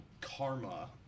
Karma